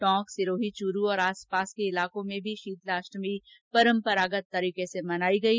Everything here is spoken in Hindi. टोंक सिरोही चुरू और आसपास के इलाकों में भी शीतला अष्टमी परम्परागत तरीके से मनायी गयी